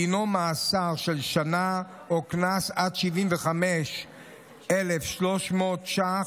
דינו מאסר של שנה או קנס עד 75,300 ש"ח.